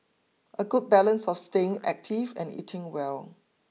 a good balance of staying active and eating well